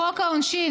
בחוק העונשין,